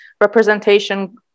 representation